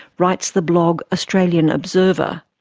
writes the blog australian observer.